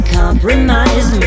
compromise